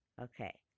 okay